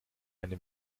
eine